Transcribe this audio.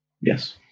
Yes